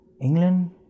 England